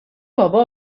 بابا